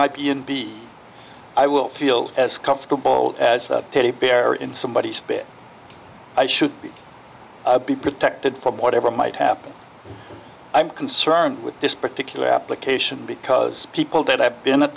my b and b i will feel as comfortable as a teddy bear in somebody's spit i should be be protected from whatever might happen i'm concerned with this particular application because people that have been at